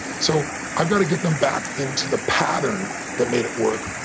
so i've got to get them back into the pattern that made it work.